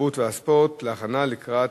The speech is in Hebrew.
התרבות והספורט נתקבלה.